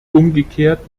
umgekehrt